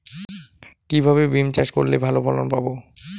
কিভাবে বিম চাষ করলে ভালো ফলন পাব?